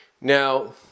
Now